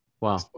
Wow